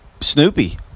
Snoopy